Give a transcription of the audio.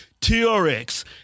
TRX